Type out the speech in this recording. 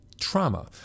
trauma